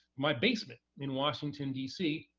my basement in washington, d c,